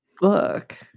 book